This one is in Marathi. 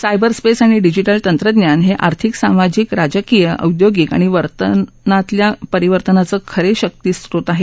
सायबर स्पेस आणि डिजिटल तम्रुक्रान हे आर्थिक सामाजिक राजकीय औद्योगिक आणि वर्तनातल्याही परिवर्तनाचे खरे शक्ती स्रोत आहेत